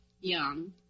young